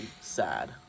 sad